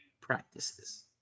practices